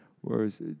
Whereas